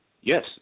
Yes